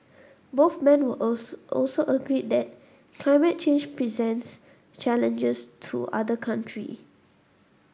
both men also agreed that climate change presents challenges to other country